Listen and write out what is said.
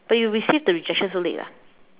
but you received the rejection so late ah